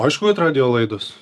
aišku kad radijo laidos